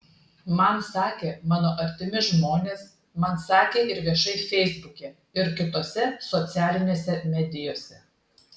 man sakė mano artimi žmonės man sakė ir viešai feisbuke ir kitose socialinėse medijose